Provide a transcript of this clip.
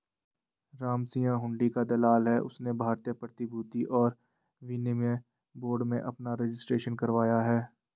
रामसिंह हुंडी का दलाल है उसने भारतीय प्रतिभूति और विनिमय बोर्ड में अपना रजिस्ट्रेशन करवाया है